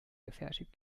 gefertigt